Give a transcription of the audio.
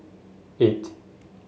eight